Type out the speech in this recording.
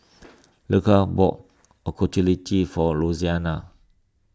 Leola bought Ochazuke for Louisiana